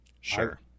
sure